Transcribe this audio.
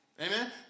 Amen